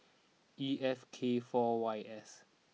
E F K four Y S